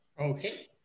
okay